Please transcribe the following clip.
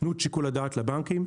תנו את שיקול הדעת לבנקים,